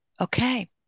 okay